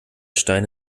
stein